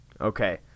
Okay